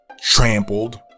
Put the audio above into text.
trampled